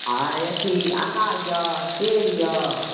आओर अथी अनार यऽ सेब यऽ